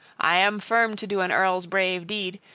i am firm to do an earl's brave deed,